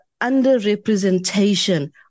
underrepresentation